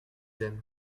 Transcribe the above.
aiment